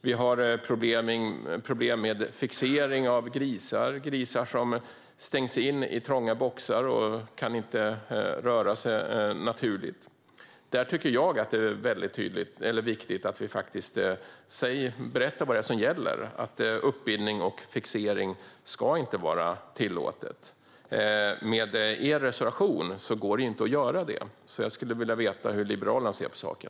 Vi har problem med fixering av grisar som stängs in i trånga boxar och inte kan röra sig naturligt. Jag tycker att det är viktigt att vi berättar vad som gäller: att uppbindning och fixering inte ska vara tillåtet. Med er reservation går det inte att göra detta, så jag skulle vilja veta hur Liberalerna ser på saken.